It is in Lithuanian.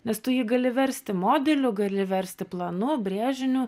nes tu jį gali versti modeliu gali versti planu brėžiniu